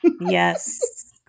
Yes